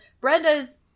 Brenda's